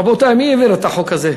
רבותי, מי העביר את החוק הזה?